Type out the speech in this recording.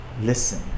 listen